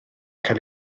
cael